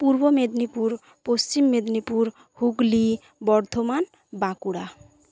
Purba Medinipur Paschim Medinipur Hooghly Bardhaman Bankura